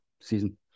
season